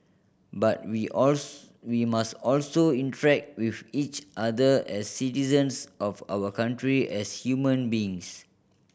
but we we must also interact with each other as citizens of our country as human beings